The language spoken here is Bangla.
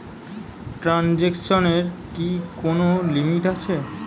ট্রানজেকশনের কি কোন লিমিট আছে?